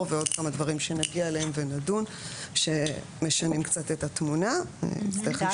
ועוד כמה דברים שמשנים קצת את התמונה ונדון בהם עת נגיע אליהם.